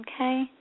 okay